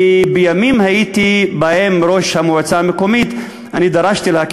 שבימים שבהם הייתי ראש המועצה המקומית אני דרשתי להקים